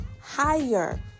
higher